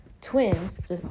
Twins